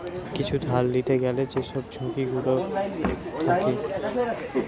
কিছু ধার লিতে গ্যালে যেসব ঝুঁকি গুলো থাকে